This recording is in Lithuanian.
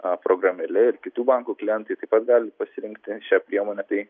a progamėle ir kitų bankų klientai taip pat gali pasirinkti šią priemonę bei